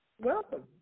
Welcome